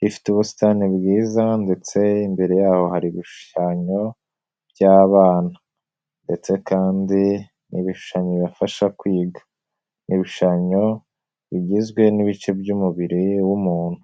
rifite ubusitani bwiza ndetse imbere yaho hari ibishushanyo by'abana ndetse kandi ni ibishushanyo bibafasha kwiga. Ni ibishushanyo bigizwe n'ibice by'umubiri w'umuntu.